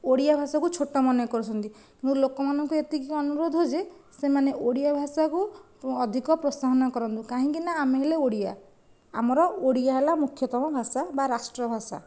ଓଡ଼ିଆ ଭାଷାକୁ ଛୋଟ ମନେ କରୁଛନ୍ତି ମୋର ଲୋକମାନଙ୍କୁ ଏତିକି ଅନୁରୋଧ ଯେ ସେମାନେ ଓଡ଼ିଆ ଭାଷାକୁ ଅଧିକ ପ୍ରୋତ୍ସାହନ କରନ୍ତୁ କାହିଁକିନା ଆମେ ହେଲେ ଓଡ଼ିଆ ଆମର ଓଡ଼ିଆ ହେଲା ମୁଖ୍ୟତମ ଭାଷା ବା ରାଷ୍ଟ୍ରଭାଷା